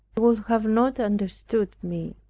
they would have not understood me.